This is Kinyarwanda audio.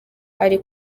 ari